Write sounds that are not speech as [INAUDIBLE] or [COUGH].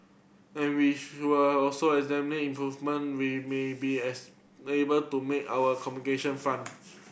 and we [UNINTELLIGIBLE] also examine improvement we may be as able to make our communication front